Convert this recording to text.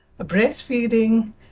breastfeeding